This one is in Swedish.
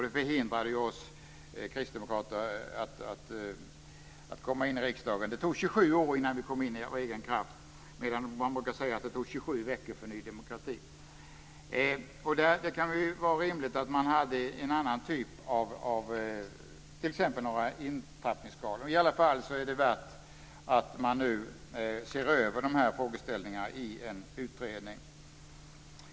Det förhindrade oss kristdemokrater från att komma in i riksdagen. Det tog 27 år innan vi kom in av egen kraft, medan det brukar sägas att det tog 27 veckor för Ny demokrati. Det borde vara rimligt att ha någon annan typ av spärr, t.ex. några inpassningsskalor. Det är i varje fall anledning att nu se över dessa frågeställningar i en utredning.